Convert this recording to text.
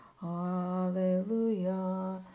hallelujah